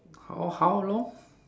how how long